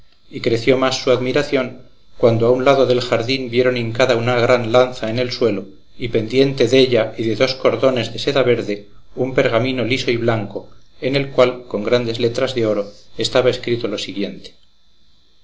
y creció más su admiración cuando a un lado del jardín vieron hincada una gran lanza en el suelo y pendiente della y de dos cordones de seda verde un pergamino liso y blanco en el cual con grandes letras de oro estaba escrito lo siguiente